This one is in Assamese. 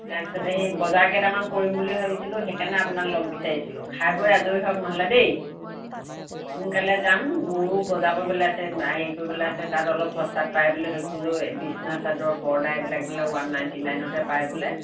তাৰপিছতে সেই বজাৰ কেইটামান কৰিম বুলি ভাবিছিলোঁ সেইকাৰণে আপোনাক লগ বিচাৰিছিলোঁ খাই বৈ আজৰি হওক ন'হলে দেই সোনকালে যাম মোৰো বজাৰ কৰিবলৈ আছে হেৰি কৰিবলৈ আছে তাত অলপ সস্তাত পাই বুলি ভাবিছিলোঁ বিচনা চাদৰ পৰ্দা এইবিলাক বোলে ওৱান নাইনটি নাইনতে পাই বোলে